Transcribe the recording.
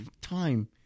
time